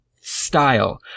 style